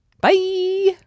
Bye